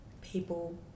people